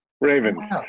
Raven